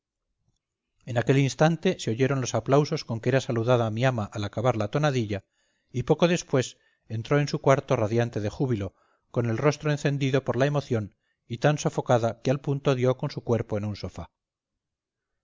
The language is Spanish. en aquel instante se oyeron los aplausos con que era saludada mi ama al acabar la tonadilla y poco después entró en su cuarto radiante de júbilo con el rostro encendido por la emoción y tan sofocada que al punto dio con su cuerpo en un sofá